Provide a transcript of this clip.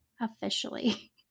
officially